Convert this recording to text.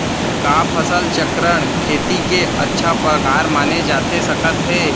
का फसल चक्रण, खेती के अच्छा प्रकार माने जाथे सकत हे?